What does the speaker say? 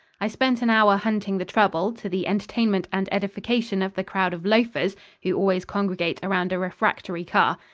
i spent an hour hunting the trouble, to the entertainment and edification of the crowd of loafers who always congregate around a refractory car.